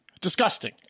Disgusting